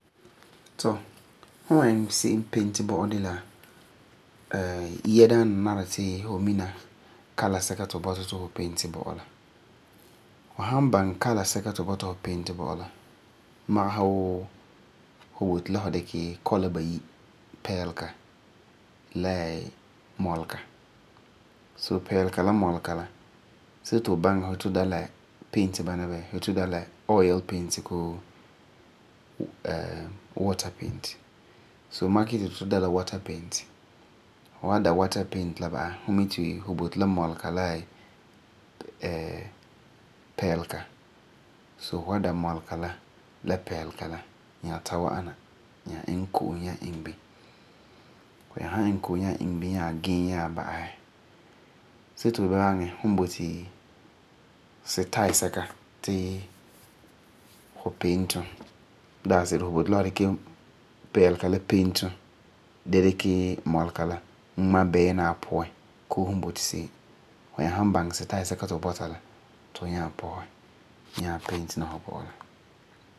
Tɔ, fu wan iŋɛ se'em painti bɔ'ɔ de la yia daana nari ti fu mina color sɛka ti fu bɔta ti fu dikɛ painti bɔ'ɔ la. Fu san baŋɛ color sɛka ti fu yeti fu dikɛ painti bɔ'ɔ la, magesɛ wuu fu boti la fu dikɛ color bayi, magesɛ wuu pɛɛlega la mɔlega la, see fu baŋɛ fu yeti fu da la paint bana bɛɛ? oil paint bii water paint. See ti fu baŋɛ style sɛka ti fu bɔna ti fu painti fu bɔ'ɔ la. Fu nyaa san baŋɛ style sɛka ti fu bɔta la ti fu nyaa pɔsɛ nyaa painti fu bɔ'ɔ la.